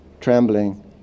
trembling